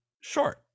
short